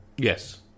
Yes